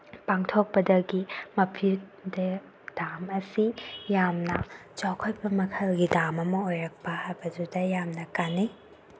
ꯄꯥꯡꯊꯣꯛꯄꯗꯒꯤ ꯃꯄꯤꯊꯦꯜ ꯗꯥꯝ ꯑꯁꯤ ꯌꯥꯝꯅ ꯆꯥꯎꯈꯠꯄ ꯃꯈꯜꯒꯤ ꯗꯥꯝ ꯑꯃ ꯑꯣꯏꯔꯛꯄ ꯍꯥꯏꯕꯗꯨꯗ ꯌꯥꯝꯅ ꯀꯥꯅꯩ